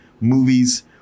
movies